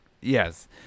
Yes